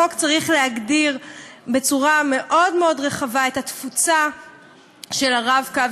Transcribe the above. החוק צריך להגדיר בצורה מאוד מאוד רחבה את התפוצה של ה"רב-קו".